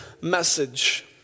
message